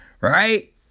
right